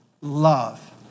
love